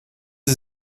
sie